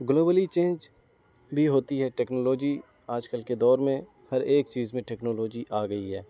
globally change بھی ہوتی ہے ٹیکنالوجی آج کل کے دور میں ہر ایک چیز میں ٹیکنالوجی آ گئی ہے